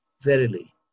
Verily